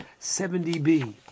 70b